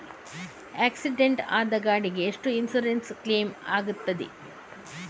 Accident ಆದ ಗಾಡಿಗೆ ಎಷ್ಟು ಇನ್ಸೂರೆನ್ಸ್ ಕ್ಲೇಮ್ ಆಗ್ತದೆ?